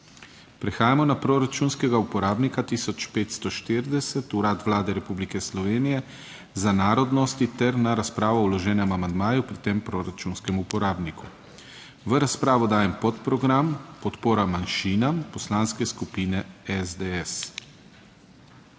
Prehajamo na proračunskega uporabnika 1540 Urad Vlade Republike Slovenije za narodnosti ter na razpravo o vloženem amandmaju pri tem proračunskem uporabniku. V razpravo dajem podprogram Podpora manjšinam Poslanske skupine SDS.